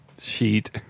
sheet